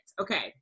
Okay